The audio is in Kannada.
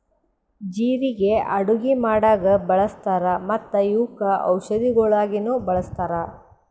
ಜೀರಿಗೆ ಅಡುಗಿ ಮಾಡಾಗ್ ಬಳ್ಸತಾರ್ ಮತ್ತ ಇವುಕ್ ಔಷದಿಗೊಳಾಗಿನು ಬಳಸ್ತಾರ್